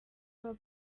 aba